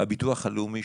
הביטוח הלאומי,